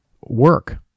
work